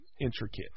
Intricate